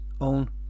own